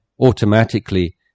automatically